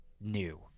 new